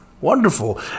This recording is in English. Wonderful